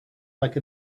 like